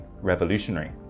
revolutionary